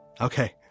Okay